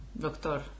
doctor